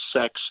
sex